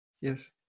Yes